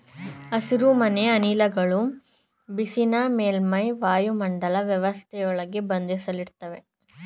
ಹಸಿರುಮನೆ ಅನಿಲಗಳು ಬಿಸಿನ ಮೇಲ್ಮೈ ವಾಯುಮಂಡಲ ವ್ಯವಸ್ಥೆಯೊಳಗೆ ಬಂಧಿಸಿಡ್ತವೆ